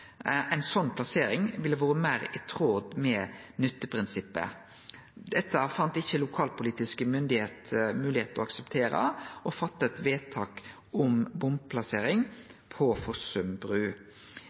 plassering ville ha vore meir i tråd med nytteprinsippet. Dette kunne ikkje lokalpolitiske myndigheiter akseptere, og fatta eit vedtak om bomplassering